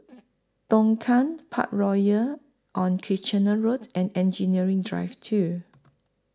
Tongkang Parkroyal on Kitchener Road and Engineering Drive two